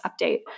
update